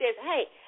hey